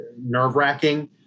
nerve-wracking